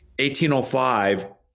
1805